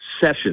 session